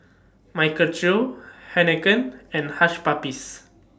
Michael Trio Heinekein and Hush Puppies